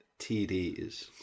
TDs